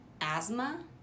Asthma